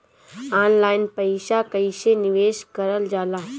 Online पईसा कईसे निवेश करल जाला?